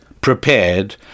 prepared